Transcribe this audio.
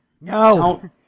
no